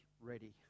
ready